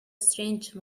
strange